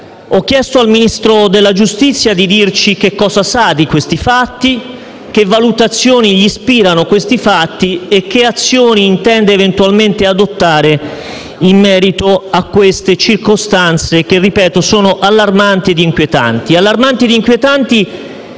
Ho chiesto al Ministro della giustizia di dirci che cosa sa di questi fatti, quali valutazioni gli ispirano e quali azioni intende eventualmente adottare in merito a queste circostanze che, ripeto, sono allarmanti ed inquietanti,